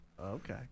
Okay